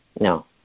no